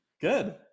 Good